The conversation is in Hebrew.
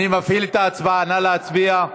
אני מפעיל את ההצבעה, נא להצביע.